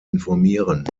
informieren